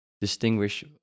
distinguish